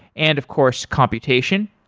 and of course, computation.